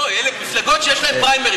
לא, מפלגות שיש להן פריימריז.